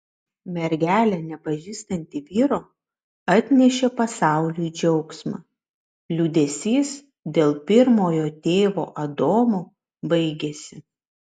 mergelė nepažįstanti vyro atnešė pasauliui džiaugsmą liūdesys dėl pirmojo tėvo adomo baigėsi